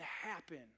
happen